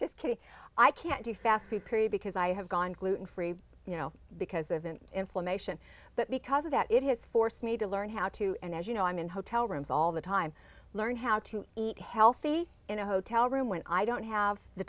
just kidding i can't do fast food period because i have gone gluten free you know because of an inflammation but because of that it has forced me to learn how to and as you know i'm in hotel rooms all the time learn how to eat healthy in a hotel room when i don't have the